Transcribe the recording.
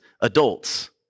adults